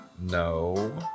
No